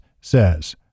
says